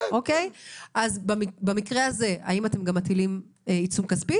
האם במקרה הזה אתם גם מטילים עיצום כספי?